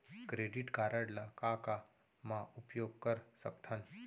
Credit card ला का का मा उपयोग कर सकथन?